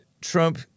Trump